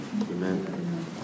Amen